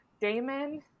Damon